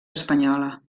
espanyola